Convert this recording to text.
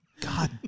God